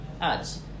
ads